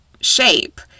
shape